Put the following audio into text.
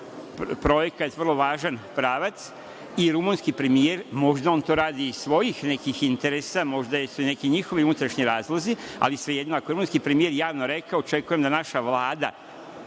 projekat, vrlo važan pravac, i rumunski premijer, možda on to radi iz svojih nekih interesa, možda su i neki njihovi unutrašnji razlozi, ali svejedno, ako je rumunski premijer javno rekao, očekujem da naša Vlada,